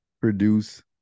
produce